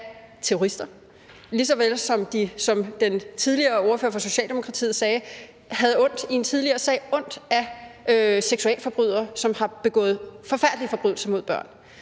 terrorister lige så vel som man, som ordføreren fra Socialdemokratiet sagde, i en tidligere sag havde ondt af seksualforbryder, som har begået forfærdelige forbrydelser mod børn.